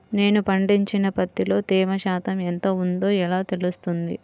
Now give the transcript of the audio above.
నేను పండించిన పత్తిలో తేమ శాతం ఎంత ఉందో ఎలా తెలుస్తుంది?